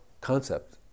concept